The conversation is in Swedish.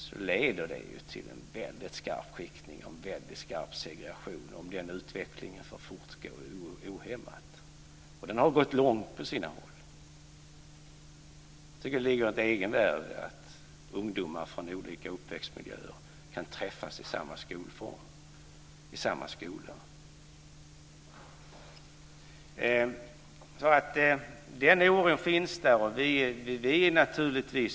Om utvecklingen får fortsätta ohämmat leder det till en väldigt skarp skiktning och en väldigt skarp segregation. Den har gått långt på sina håll. Jag tycker att det ligger ett egenvärde i att ungdomar från olika uppväxtmiljöer kan träffas i samma skolform och i samma skola. Den oron finns där.